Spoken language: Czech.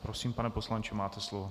Prosím, pane poslanče, máte slovo.